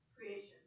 creation